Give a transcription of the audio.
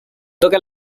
toca